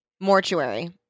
Mortuary